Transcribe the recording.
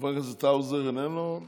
חבר הכנסת האוזר, איננו.